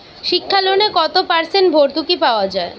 শিক্ষা লোনে কত পার্সেন্ট ভূর্তুকি পাওয়া য়ায়?